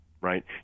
right